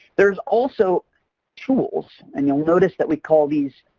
there's also tools and you'll notice that we call these